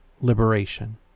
liberation